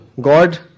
God